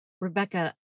Rebecca